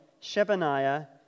Shebaniah